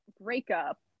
breakup